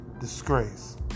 Disgrace